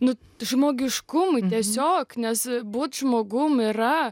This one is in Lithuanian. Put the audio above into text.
nu žmogiškumui tiesiog nes būt žmogum yra